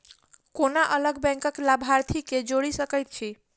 कोना अलग बैंकक लाभार्थी केँ जोड़ी सकैत छी?